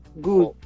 Good